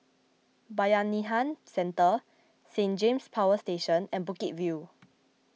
Bayanihan Centre Saint James Power Station and Bukit View